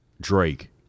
Drake